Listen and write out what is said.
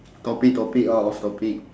topic topic out of topic